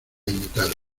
imitaron